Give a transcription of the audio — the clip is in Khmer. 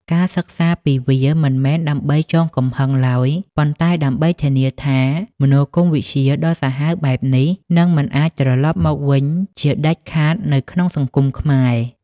ការសិក្សាពីវា មិនមែនដើម្បីចងកំហឹងឡើយ ប៉ុន្តែដើម្បីធានាថា មនោគមវិជ្ជាដ៏សាហាវបែបនេះ នឹងមិនអាចត្រលប់មកវិញជាដាច់ខាតនៅក្នុងសង្គមខ្មែរ។